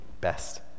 Best